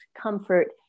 comfort